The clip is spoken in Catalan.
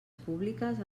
públiques